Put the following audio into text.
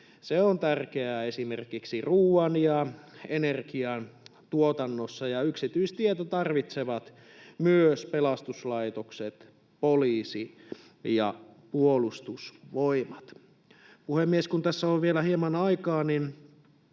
on tärkeä esimerkiksi ruuan‑ ja energiantuotannossa, ja yksityistietä tarvitsevat myös pelastuslaitokset, poliisi ja Puolustusvoimat. Puhemies! Kun tässä on vielä hieman aikaa, niin